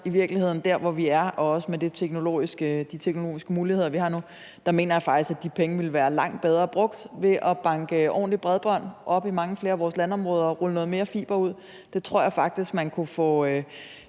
i virkeligheden, at der, hvor vi er, også med de teknologiske muligheder, vi har nu, ville de penge være langt bedre brugt ved at banke ordentligt bredbånd op i mange flere af vores landområder og rulle noget mere fiber ud. Det tror jeg faktisk mange flere